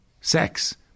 sex